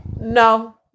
no